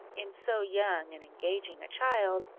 in so young and engaging a child,